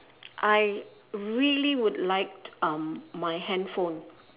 I really would like um my handphone